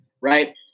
right